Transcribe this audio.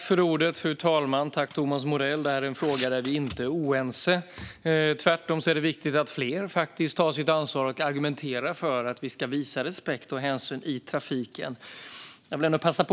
Fru talman! Tack, Thomas Morell, för en fråga där vi inte är oense! Tvärtom är det viktigt att fler tar sitt ansvar och argumenterar för att vi ska visa respekt och hänsyn i trafiken.